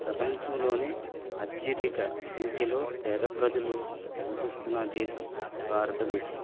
ప్రపంచంలోనే అత్యధిక సంఖ్యలో పేద ప్రజలు నివసిస్తున్న దేశం భారతదేశం